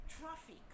traffic